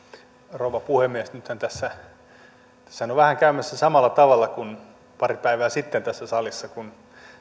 rouva puhemies nythän tässä on vähän käymässä samalla tavalla kuin pari päivää sitten tässä salissa kun